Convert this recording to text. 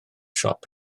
siop